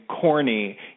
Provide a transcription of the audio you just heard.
corny